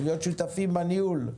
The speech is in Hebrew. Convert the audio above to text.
ולהיות שותפים בניהול.